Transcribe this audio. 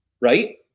right